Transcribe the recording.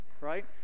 Right